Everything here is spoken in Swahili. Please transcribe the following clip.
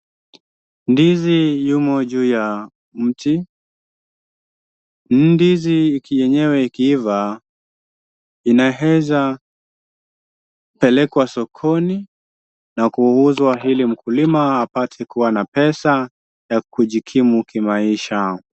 Ndizi yumo juu ya mti. Ndizi yenyewe ikiiva inaeza pelekwa sokoni na kuuzwa ili mkulima apate kuwa na pesa ya kujikimu kimaisha.